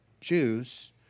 Jews